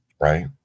right